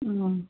ம்